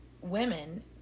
women